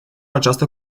această